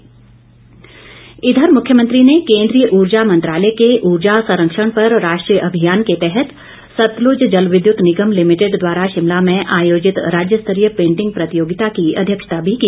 CM इधर मुख्यमंत्री ने केंद्रीय ऊर्जा मंत्रालय के ऊर्जा संरक्षण पर राष्ट्रीय अभियान के तहत सतलुज जल विद्युत निगम लिमिटेड द्वारा शिमला में आयोजित राज्य स्तरीय पेंटिंग प्रतियोगिता की अध्यक्षता भी की